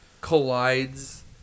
collides